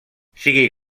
sigui